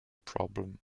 problem